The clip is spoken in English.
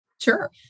Sure